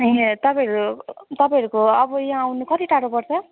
ए तपाईँहरू तपाईँहरूको अब यहाँ आउनु कति टाढो पर्छ